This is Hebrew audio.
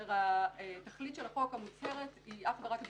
כאשר התכלית של החוק המוצהרת היא אך ורק ביטחונית.